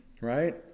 Right